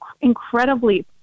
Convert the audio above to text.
incredibly